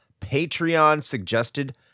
Patreon-suggested